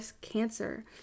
cancer